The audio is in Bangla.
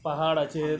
পাহাড় আছে